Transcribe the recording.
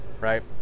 right